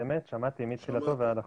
שמעתי מתחילתו ועד עכשיו.